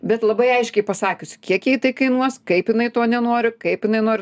bet labai aiškiai pasakius kiek jai tai kainuos kaip jinai to nenori kaip jinai nori